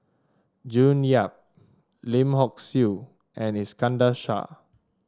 June Yap Lim Hock Siew and Iskandar Shah